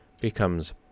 becomes